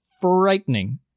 frightening